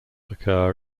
occur